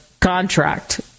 contract